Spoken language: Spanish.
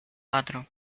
cuatro